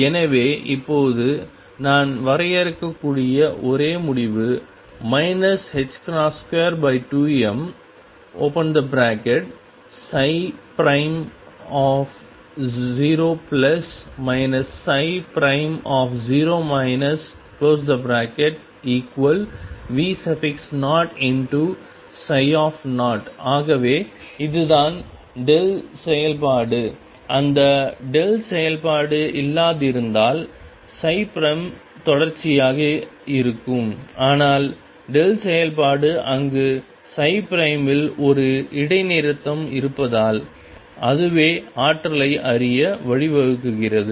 எனவே இப்போது நான் வரையக்கூடிய ஒரே முடிவு 22m0 0 V0ψ ஆகவே இதுதான் செயல்பாடு அந்த செயல்பாடு இல்லாதிருந்தால் தொடர்ச்சியாக இருக்கும் ஆனால் செயல்பாடு அங்கு இல் ஒரு இடைநிறுத்தம் இருப்பதால் அதுவே ஆற்றலை அறிய வழிவகுக்கிறது